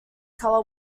color